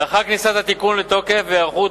לאחר כניסת התיקון לתוקף והיערכות